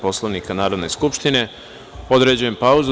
Poslovnika Narodne skupštine određuje pauzu.